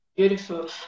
beautiful